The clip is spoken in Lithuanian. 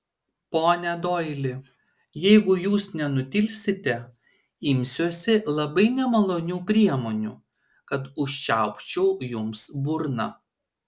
pone doili jeigu jūs nenutilsite imsiuosi labai nemalonių priemonių kad užčiaupčiau jums burną